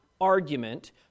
argument